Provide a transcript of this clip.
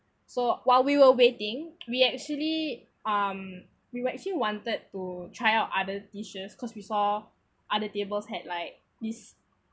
so while we were waiting we actually um we actually wanted to try out other dishes cause we saw other tables had like this